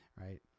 right